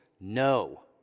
No